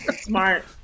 Smart